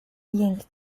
jęk